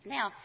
Now